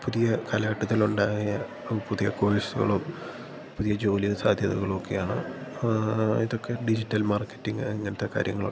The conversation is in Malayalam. പുതിയ കാലഘട്ടത്തിലുണ്ടായ പുതിയ കോഴ്സുകളും പുതിയ ജോലി സാധ്യതകളും ഒക്കെയാണ് ആ ഇതൊക്കെ ഡിജിറ്റൽ മാർക്കറ്റിംഗ് അങ്ങനത്തെ കാര്യങ്ങളൊക്കെ